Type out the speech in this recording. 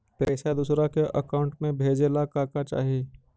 पैसा दूसरा के अकाउंट में भेजे ला का का चाही?